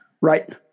Right